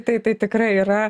tai tai tikrai yra